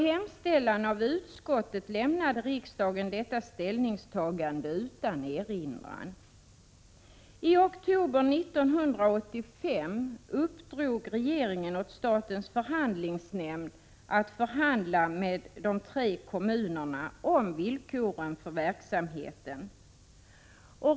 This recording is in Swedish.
I oktober 1985 uppdrog regeringen åt statens förhandlingsnämnd att förhandla med de tre kommunerna om villkoren för verksamheten.